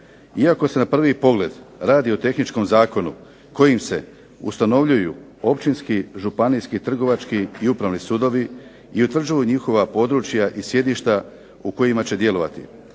Iako se na prvi pogled radi o tehničkom zakonu, kojim se ustanovljuju općinski, županijski, trgovački i upravni sudovi, i utvrđuju njihova područja i sjedišta u kojima će djelovati,